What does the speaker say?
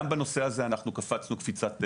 גם בנושא הזה אנחנו קפצנו קפיצת מדרגה.